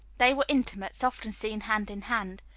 they were intimates often seen hand in hand.